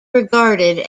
regarded